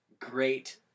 Great